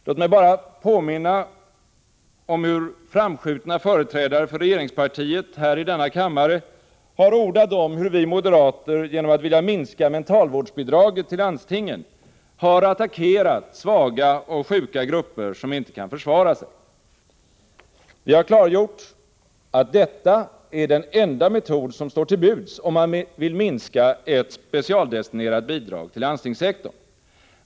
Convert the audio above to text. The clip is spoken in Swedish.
Låt mig bara påminna om hur framskjutna företrädare för regeringspartiet här i denna kammare har ordat om hur vi moderater genom att vilja minska mentalvårdsbidraget till landstingen har attackerat svaga och sjuka grupper som inte kan försvara sig. Vi har klargjort att detta är den enda metod som står till buds, om man skall minska ett specialdestinerat bidrag till landstingssektorn.